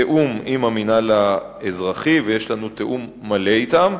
בתיאום עם המינהל האזרחי, ויש לנו תיאום מלא אתם.